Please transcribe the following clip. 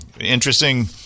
Interesting